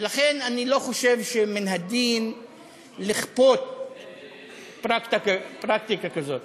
לכן אני לא חושב שמן הדין לכפות פרקטיקה כזאת.